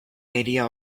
idea